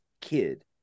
kid